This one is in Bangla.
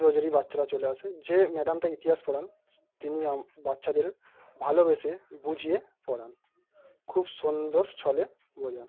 রোজেরই বাচ্চারা চলে আসে যে ম্যাডামটা ইতিহাস পড়ান তিনি বাচ্চাদের ভালোবেসে বুঝিয়ে পড়ান খুব সুন্দর ছলে বোঝান